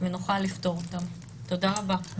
ונוכל לפתור אותן תודה רבה.